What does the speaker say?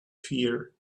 fear